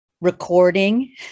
recording